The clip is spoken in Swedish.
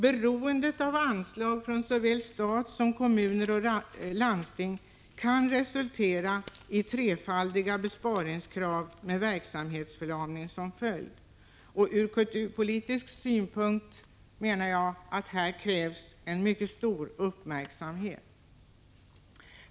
Beroendet av anslag från såväl stat som kommuner och landsting kan resultera i trefaldiga besparingskrav med verksamhetsförlamning som följd. Ur kulturpolitisk synpunkt krävs här mycket stor uppmärksamhet.